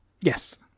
Yes